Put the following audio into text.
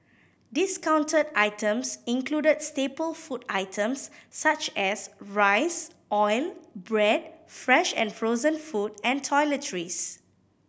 discounted items included staple food items such as rice oil bread fresh and frozen food and toiletries